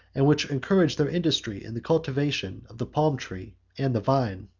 and which encourage their industry in the cultivation of the palmtree and the vine.